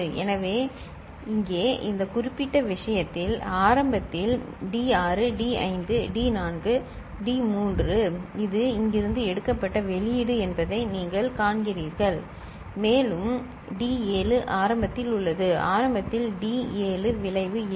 எனவே இங்கே இந்த குறிப்பிட்ட விஷயத்தில் ஆரம்பத்தில் டி 6 டி 5 டி 4 டி 3 இது இங்கிருந்து எடுக்கப்பட்ட வெளியீடு என்பதை நீங்கள் காண்கிறீர்கள் மேலும் டி 7 ஆரம்பத்தில் உள்ளது ஆரம்பத்தில் டி 7 விளைவு இல்லை